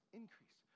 increase